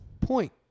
point